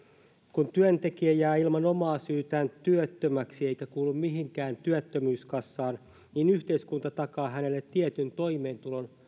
kun työntekijä jää ilman omaa syytään työttömäksi eikä kuulu mihinkään työttömyyskassaan niin yhteiskunta takaa hänelle tietyn toimeentulon